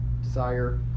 desire